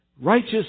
righteous